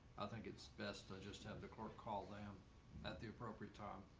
i think it's best to just have the court call them at the appropriate time.